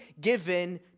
given